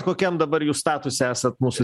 kokiam dabar jūs statuse esat mūsų